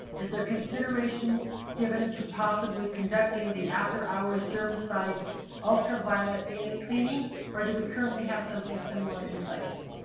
is there consideration given to possibly conducting the after hours germicide ultraviolet daily cleaning or do we currently have something similar in place?